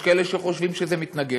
יש כאלה שחושבים שזה מתנגש.